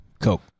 Coke